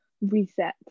reset